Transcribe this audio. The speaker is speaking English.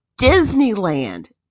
Disneyland